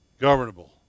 Governable